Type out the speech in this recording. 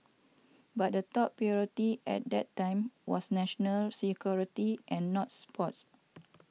but the top priority at that time was national security and not sports